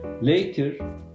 later